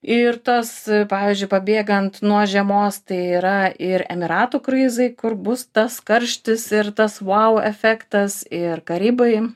ir tas pavyzdžiui pabėgant nuo žiemos tai yra ir emyratų kruizai kur bus tas karštis ir tas vau efektas ir karibai